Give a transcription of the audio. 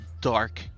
dark